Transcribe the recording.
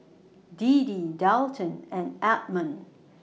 Deedee Dalton and Edmon